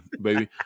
baby